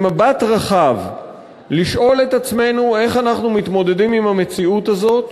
במבט רחב לשאול את עצמנו איך אנחנו מתמודדים עם המציאות הזאת,